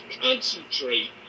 concentrate